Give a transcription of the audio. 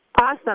Awesome